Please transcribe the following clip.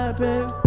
Baby